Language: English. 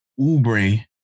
Ubre